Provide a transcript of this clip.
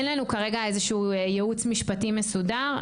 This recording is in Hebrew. אין לנו כרגע איזה שהוא ייעוץ משפטי מסודר,